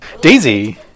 daisy